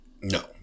No